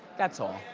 that's all.